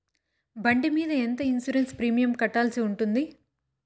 బండి మీద ఎంత ఇన్సూరెన్సు ప్రీమియం కట్టాల్సి ఉంటుంది?